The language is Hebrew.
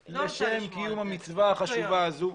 שמסרו נפש לשם קיום המצווה החשובה הזאת.